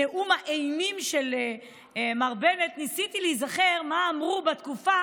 נאום האימים של מר בנט ניסיתי להיזכר מה אמרו בתקופה